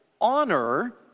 honor